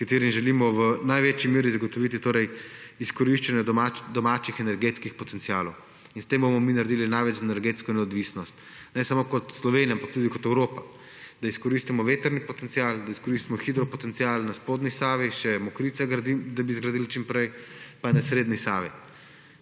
s katerim želimo v največji meri zagotoviti izkoriščanje domačih energetskih potencialov. S tem bomo mi naredili največ za energetsko neodvisnost. Ne samo kot Slovenija, ampak tudi kot Evropa, da izkoristimo vetrni potencial, da izkoristimo hidropotencial na spodnji Savi, da bi zgradili še Mokrice čim, pa še na srednji Savi.